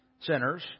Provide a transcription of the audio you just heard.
sinners